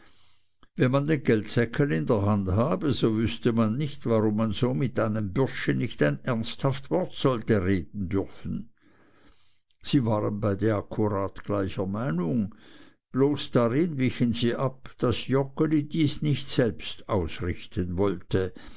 wenn man den geldsäckel in der hand habe so wüßte man nicht warum man so mit einem bürschchen nicht ein ernsthaft wort sollte reden dürfen sie waren beide akkurat gleicher meinung bloß darin wichen sie ab daß joggeli dies nicht selbst ausrichten wollte